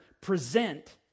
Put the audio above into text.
present